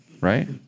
right